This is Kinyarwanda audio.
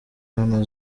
hano